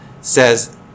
says